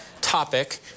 topic